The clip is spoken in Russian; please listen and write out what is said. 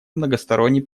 многосторонний